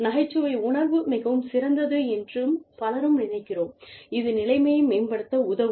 நகைச்சுவை உணர்வு மிகவும் சிறந்தது என்று பலரும் நினைக்கிறோம் இது நிலைமையை மேம்படுத்த உதவும்